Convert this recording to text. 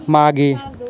मागे